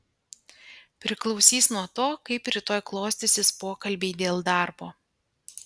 priklausys nuo to kaip rytoj klostysis pokalbiai dėl darbo